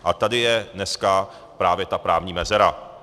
A tady je dneska právě ta právní mezera.